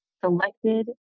selected